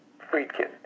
Friedkin